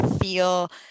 feel